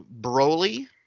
Broly